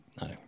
No